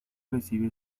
recibe